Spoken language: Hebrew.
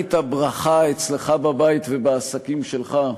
וכשראית ברכה אצלך בבית ובעסקים שלך,